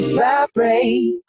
vibrate